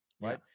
right